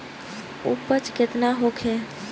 उपज केतना होखे?